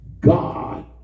God